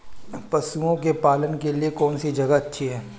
पशुओं के पालन के लिए कौनसी जगह अच्छी है?